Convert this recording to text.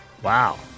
Wow